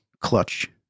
clutch